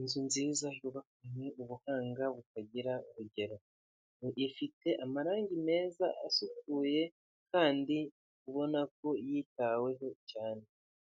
Inzu nziza yubakanwe ubuhanga butagira urugero, ifite amarangi meza asukuye kandi ubona ko yitaweho cyane,